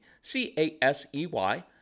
C-A-S-E-Y